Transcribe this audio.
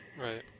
Right